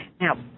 Now